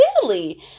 silly